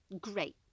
great